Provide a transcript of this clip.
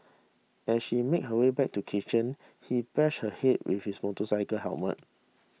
as she made her way back to the kitchen he bashed her head with his motorcycle helmet